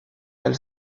elle